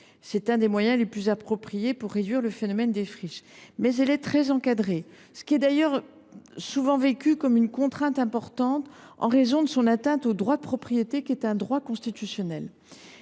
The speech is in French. est un des moyens les plus appropriés pour réduire le phénomène des friches. Mais elle est très encadrée. Elle est, du reste, souvent vécue comme une contrainte importante, en raison de l’atteinte qu’elle représente au droit de propriété, qui est un droit constitutionnel.